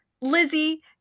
Lizzie